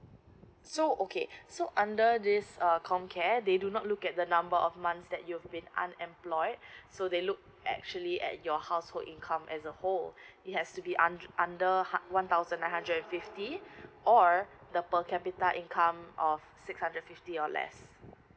so okay so under this err comcare they do not look at the number of months that you've been unemployed so they look actually at your household income as a whole it has to be un~ under hard one thousand nine hundred and fifty or the per capita income of six hundred fifty or less